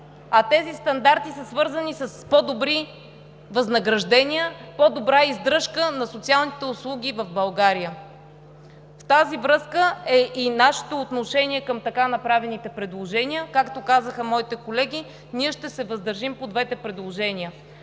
а тези стандарти са свързани с по-добри възнаграждения, по-добра издръжка на социалните услуги в България. В тази връзка е и нашето отношение към така направените предложения. Както казаха моите колеги – ние ще се въздържим по двете предложения.